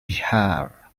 bihar